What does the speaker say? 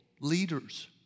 leaders